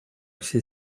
все